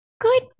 Good